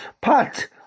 pot